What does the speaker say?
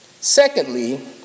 Secondly